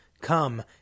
Come